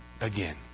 again